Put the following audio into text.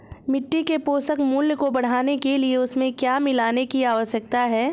मिट्टी के पोषक मूल्य को बढ़ाने के लिए उसमें क्या मिलाने की आवश्यकता है?